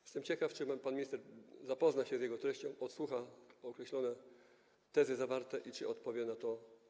Jestem ciekaw, czy pan minister zapozna się z jego treścią, odsłucha określone, zawarte w nim tezy i odpowie na to.